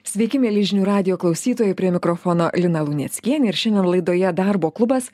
sveiki mieli žinių radijo klausytojai prie mikrofono lina luneckienė ir šiandien laidoje darbo klubas